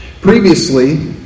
Previously